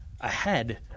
ahead